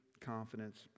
confidence